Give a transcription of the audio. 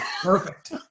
perfect